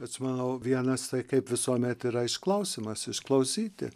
bet manau vienas kaip visuomet yra išklausymas išklausyti